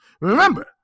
remember